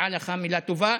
מגיעה לך מילה טובה.